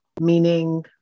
Meaning